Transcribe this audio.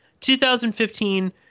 2015